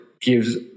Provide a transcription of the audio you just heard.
gives